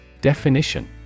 Definition